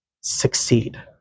succeed